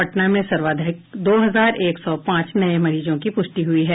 पटना में सर्वाधिक दो हजार एक सौ पांच नये मरीजों की पुष्टि हुई है